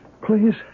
please